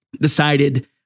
decided